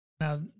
Now